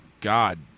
God